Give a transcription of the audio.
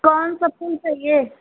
कौनसा फूल चाहिए